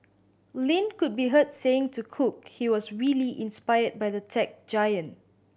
Lin could be heard saying to cook he was really inspired by the tech giant